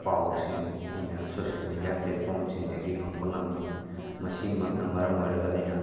ꯄꯥꯎꯁꯤꯡ ꯑꯩꯅ social media ꯄ꯭ꯂꯦꯠꯐ꯭ꯣꯔꯝꯁꯤꯡꯗꯒꯤ ꯐꯪꯕ ꯉꯝꯃꯤ ꯃꯁꯤꯃꯛꯅ ꯃꯔꯝ ꯑꯣꯏꯔꯒ ꯑꯩꯅ